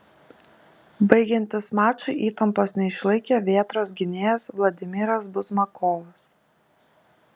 baigiantis mačui įtampos neišlaikė vėtros gynėjas vladimiras buzmakovas